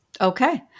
Okay